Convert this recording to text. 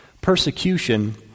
Persecution